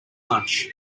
lunch